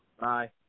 Bye